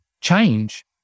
change